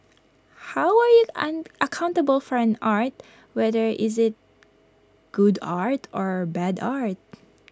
how are you an accountable for an art whether is IT good art or bad art